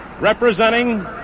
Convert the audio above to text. representing